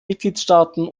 mitgliedstaaten